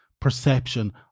perception